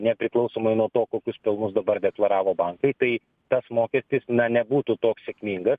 nepriklausomai nuo to kokius pelnus dabar deklaravo bankai tai tas mokestis na nebūtų toks sėkmingas